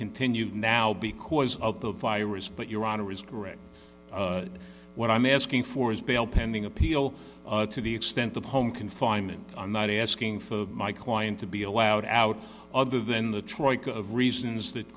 continued now because of the virus but your honor is correct what i'm asking for is bail pending appeal to the extent of home confinement i'm not asking for my client to be allowed out other than the troika of reasons that